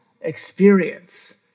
experience